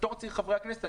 בתור צעיר חברי הכנסת,